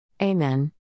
Amen